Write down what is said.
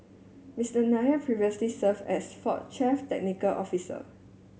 Mister Nair previously served as Ford chief technical officer